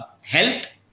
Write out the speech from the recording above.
health